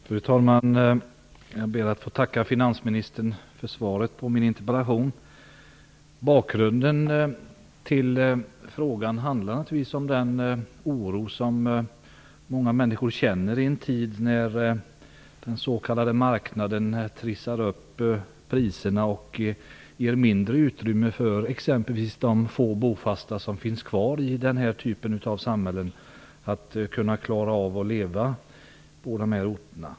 Fru talman! Jag ber att få tacka finansministern för svaret på min interpellation. Bakgrunden till interpellationen är naturligtvis den oro som många människor känner i en tid när den s.k. marknaden trissar upp priserna och ger mindre utrymme för exempelvis de få bofasta som finns kvar i den här typen av samhällen att kunna klara av att leva på de här orterna.